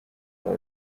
for